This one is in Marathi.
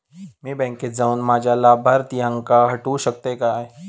मी बँकेत जाऊन माझ्या लाभारतीयांका हटवू शकतय काय?